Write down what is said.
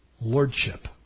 lordship